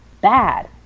bad